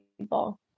people